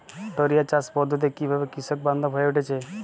টোরিয়া চাষ পদ্ধতি কিভাবে কৃষকবান্ধব হয়ে উঠেছে?